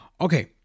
Okay